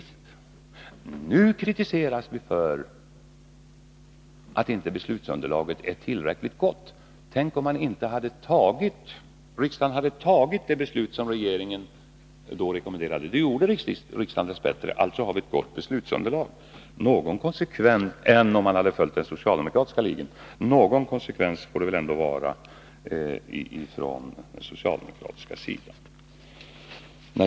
Nu kritiseras vi för att inte beslutsunderlaget är tillräckligt gott. Tänk om inte riksdagen hade fattat det beslut som regeringen då rekommenderade! Det gjorde riksdagen dess bättre. Alltså har vi ett bättre beslutsunderlag än vi hade haft om riksdagen följt den socialdemokratiska linjen. Någon konsekvens får det ändå vara från den socialdemokratiska sidan!